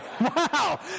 Wow